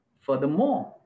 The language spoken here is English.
Furthermore